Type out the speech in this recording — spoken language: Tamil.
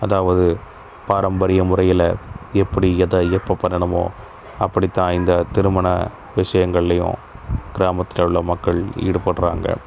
அதாவது பாரம்பரிய முறைகளை எப்படி எதை எப்போ பண்ணணுமோ அப்படித்தான் இந்த திருமண விஷயங்கள்லேயும் கிராமத்தில் உள்ள மக்கள் ஈடுபடுறாங்க